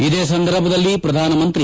ಇದೇ ಸಂದರ್ಭದಲ್ಲಿ ಪ್ರಧಾನಮಂತ್ರಿ